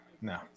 No